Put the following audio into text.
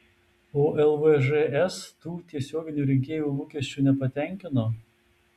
o lvžs tų tiesioginių rinkėjų lūkesčių nepatenkino